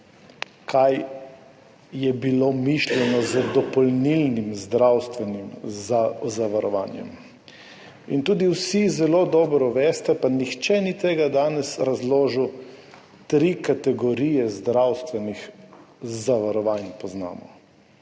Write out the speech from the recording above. kaj je bilo mišljeno z dopolnilnim zdravstvenim zavarovanjem. Tudi vsi zelo dobro poznate, pa nihče ni tega danes razložil, tri kategorije zdravstvenih zavarovanj poznamo.